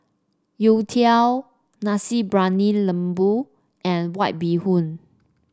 youtiao Nasi Briyani Lembu and White Bee Hoon